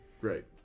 great